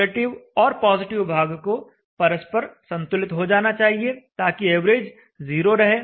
negative और positive भाग को परस्पर संतुलित हो जाना चाहिए ताकि एवरेज 0 रहे